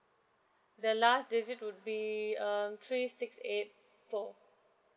the last digit would be um three six eight four